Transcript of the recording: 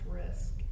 risk